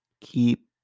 keep